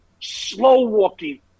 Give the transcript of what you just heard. slow-walking